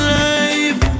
life